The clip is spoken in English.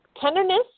Tenderness